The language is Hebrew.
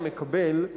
מקבל.